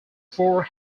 four